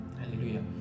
Hallelujah